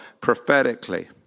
prophetically